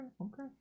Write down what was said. okay